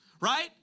right